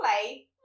play